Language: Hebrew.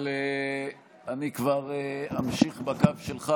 אבל אני כבר אמשיך בקו שלך.